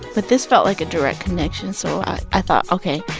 but this felt like a direct connection. so i thought, ok,